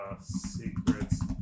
secrets